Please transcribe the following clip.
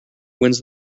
wins